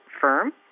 firm